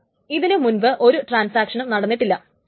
കാരണം ഇതിനുമുൻപ് ഒരു ട്രാൻസാക്ഷനും നടന്നിട്ടില്ല